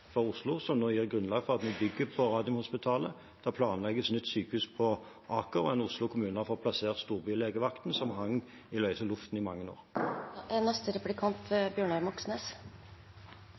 for Oslo, som er grunnlaget for at det nå foregår utbygging på Radiumhospitalet. Det planlegges et nytt sykehus på Aker, og Oslo kommune har fått plassert storbylegevakten, som hang i løse luften i mange år.